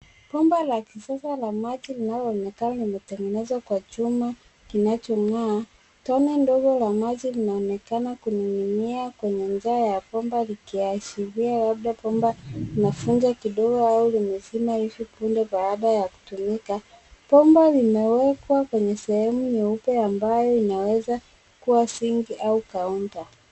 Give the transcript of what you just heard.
Bomba la kisasa la maji linaloonekana limetengenezwa kwa chuma kinachong'aa. Tone ndogo la maji linaonekana kuning'inia kwenye ncha ya bomba, likiashiria labda bomba linavunja kidogo au limezima hivi punde baada ya kutumika. Bomba limewekwa kwenye sehemu nyeupe ya mbao inaweza kuwa sink au counter .